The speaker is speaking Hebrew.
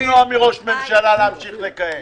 למנוע מראש ממשלה להמשיך לכהן.